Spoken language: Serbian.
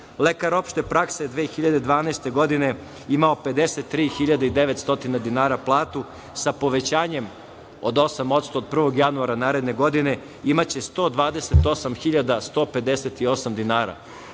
Lekar opšte prakse 2012. godine je imao 53.900 dinara platu. Sa povećanjem od 8% od 1. januara naredne godine imaće 128.158 dinara. Što